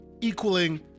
equaling